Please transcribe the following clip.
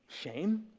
shame